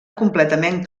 completament